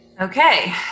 Okay